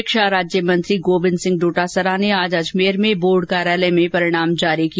शिक्षा राज्य मंत्री गोविंद सिंह डोटासरा ने आज अजमेर में बोर्ड कार्यालय में परिणाम जारी किया